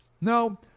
No